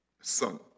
son